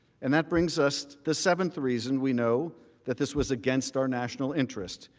and that brings us to the seventh reason we know that this was against our national interest.